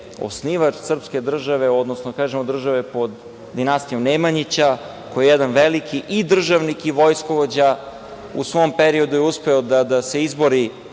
osnivač srpske države, odnosno, da kažemo države pod dinastijom Nemanjića, koji je jedan veliki i državnik i vojskovođa, u svom periodu je uspeo da se izbori